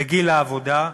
בגיל העבודה,